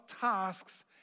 tasks